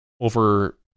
over